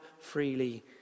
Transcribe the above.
freely